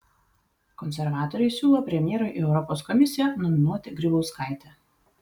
konservatoriai siūlo premjerui į europos komisiją nominuoti grybauskaitę